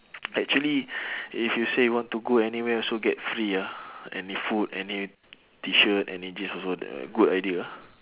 actually if you say you want to go anywhere also get free ah any food any T-shirt any jeans also the good idea ah